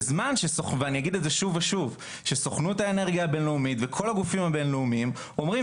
בזמן שסוכנות האנרגיה הבין-לאומית וכל הגופים הבין-לאומיים אומרים